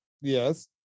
Yes